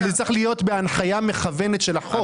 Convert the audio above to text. אבל זה צריך להיות בהנחיה מכוונת של החוק.